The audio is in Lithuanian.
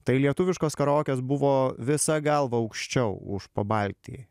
tai lietuviškos karaokės buvo visa galva aukščiau už pabaltijį